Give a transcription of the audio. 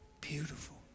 Beautiful